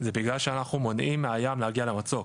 זה בגלל שאנחנו מונעים מהים להגיע למצוק,